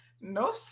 no